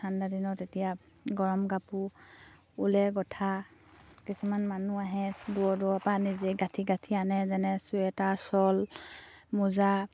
ঠাণ্ডা দিনত এতিয়া গৰম কাপোৰ ওলে গোঁঠা কিছুমান মানুহ আহে দূৰৰ দূৰৰপৰা নিজে গাঁঠি গাঁঠি আনে যেনে চুৱেটাৰ শ্বল মোজা